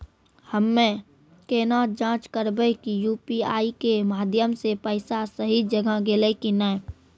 हम्मय केना जाँच करबै की यु.पी.आई के माध्यम से पैसा सही जगह गेलै की नैय?